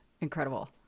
incredible